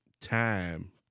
time